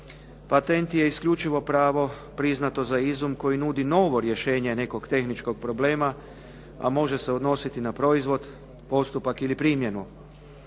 Patent je isključivo pravo priznato za izum koje nudi novo rješenje nekog tehničkog problema, a može se odnositi na proizvod, postupak ili primjenu.